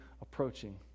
approaching